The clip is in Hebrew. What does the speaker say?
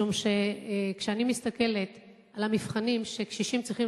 כשאני מסתכלת על המבחנים שקשישים צריכים